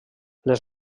les